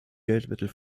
geldmittel